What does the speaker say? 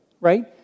right